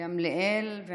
לחברת הכנסת גמליאל.